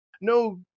no